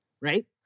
right